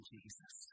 Jesus